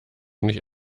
nicht